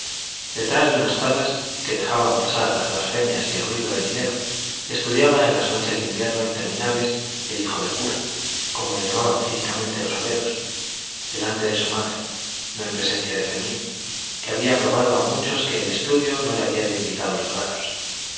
detrás de unas tablas que dejaban pasar las blasfemias y el ruido del dinero estudiaba en las noches de invierno interminables el hijo del cura como le llamaban cínicamente los obreros delante de su madre no en presencia de fermín que había probado a muchos que el estudio no le había debilitado los brazos el espectáculo de